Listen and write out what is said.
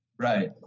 Right